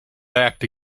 backed